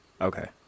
Okay